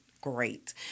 great